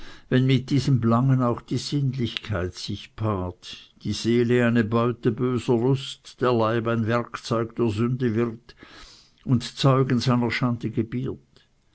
wenn mit diesem blangen auch die sinnlichkeit sich paart die seele eine beute böser lust der leib ein werkzeug der sünde wird und zeugen seiner schande gebiert